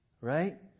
Right